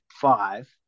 five